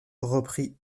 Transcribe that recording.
reprit